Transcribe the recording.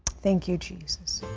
thank you, jesus.